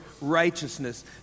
righteousness